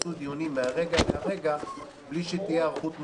שיתכנסו דיונים מרגע לרגע בלי היערכות מוקדמת.